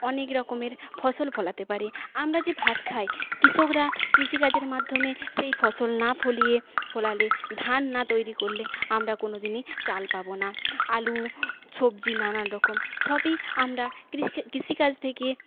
অনেক রকমের ফসল ফলাতে পারে আমরা যে ভাত খাই কৃষকরা কৃষিকাজের মাধ্যমে সেই ফসল না ফলিয়ে ফলালে ধান না তৈরি করলে আমরা কোনোদিনই চাল পাবো না আলু সবজি নানান রকম সবই আমরা কৃষিকাজ থেকেই